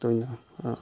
ꯇꯣꯏꯅ